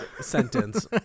sentence